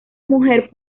mujer